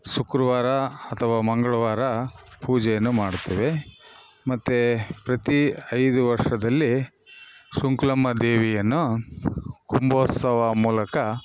ಶುಕ್ರವಾರ ಅಥವ ಮಂಗ್ಳವಾರ ಪೂಜೆಯನ್ನು ಮಾಡ್ತೆವೆ ಮತ್ತು ಪ್ರತಿ ಐದು ವರ್ಷದಲ್ಲಿ ಶುಂಕ್ಲಮ್ಮ ದೇವಿಯನ್ನು ಕುಂಭೋತ್ಸವ ಮೂಲಕ